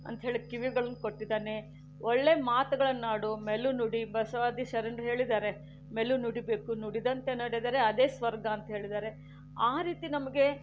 ಅಂತ್ಹೇಳಿ ಕಿವಿಗಳನ್ನು ಕೊಟ್ಟಿದ್ದಾನೆ ಒಳ್ಳೆ ಮಾತುಗಳನ್ನಾಡು ಮೆಲುನುಡಿ ಬಸವಾದಿ ಶರಣರು ಹೇಳಿದ್ದಾರೆ ಮೆಲು ನುಡಿಬೇಕು ನುಡಿದಂತೆ ನಡೆದರೆ ಅದೇ ಸ್ವರ್ಗ ಅಂತ ಹೇಳಿದ್ದಾರೆ ಆ ರೀತಿ ನಮಗೆ